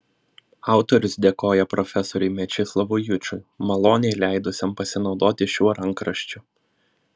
autorius dėkoja profesoriui mečislovui jučui maloniai leidusiam pasinaudoti šiuo rankraščiu